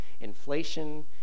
inflation